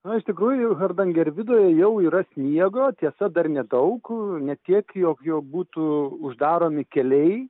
na iš tikrųjų hardangervidoje jau yra sniego tiesa dar nedaug ne tiek jog jau būtų uždaromi keliai